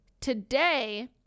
today